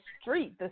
street